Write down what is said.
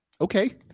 Okay